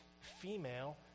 female